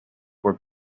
were